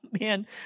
man